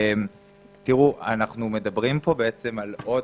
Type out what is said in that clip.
אנחנו מדברים פה על עוד